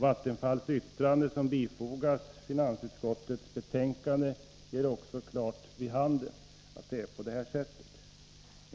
Vattenfalls yttrande, som bifogas finansutskottets betänkande, ger också klart vid handen att det är på det sättet.